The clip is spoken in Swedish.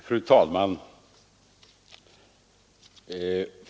Fru talman!